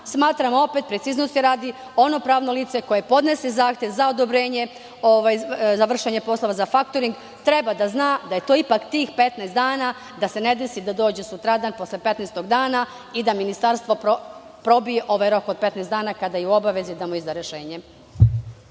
smatramo opet, preciznosti radi, ono pravno lice koje podnese zahtev za odobrenje za vršenje poslova za faktoring treba da zna da je to ipak tih 15 dana, da se ne desi da dođe sutradan, posle 15-og dana i da Ministarstvo probije ovaj rok od 15 dana kada je u obavezi da mu izda rešenje.